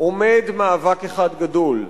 עומד מאבק אחד גדול,